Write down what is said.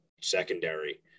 secondary